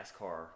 NASCAR